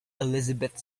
elizabeth